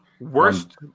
worst